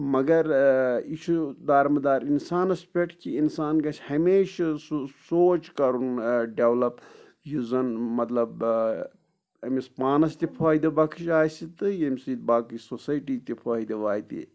مگر یہِ چھُ دارمدار اِنسانَس پٮ۪ٹھ کہ اِنسان گژھِ ہمیشِہ سُہ سونٛچ کَرُن ڈٮ۪ولَپ یُس زَن مطلب أمِس پانَس تہِ فٲیِدٕ بَخٕش آسہِ تہٕ ییٚمہِ سۭتۍ باقٕے سوسایٹی تہِ فٲیدٕ واتہِ